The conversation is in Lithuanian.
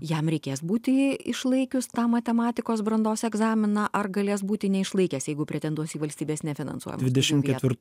jam reikės būti išlaikius tą matematikos brandos egzaminą ar galės būti neišlaikęs jeigu pretenduos į valstybės nefinansuojąmą vietą